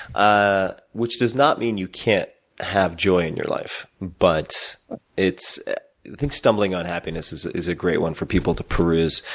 ah which does not mean you can't have joy in your life, but it's i think stumbling on happiness is is a great one for people to peruse.